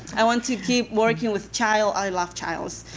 i want to keep working with child i love childs.